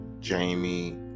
Jamie